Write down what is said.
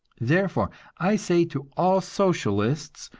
therefore, i say to all socialists,